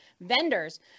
vendors